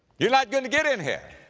you're not going to get in here.